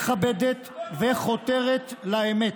מכבדת וחותרת לאמת.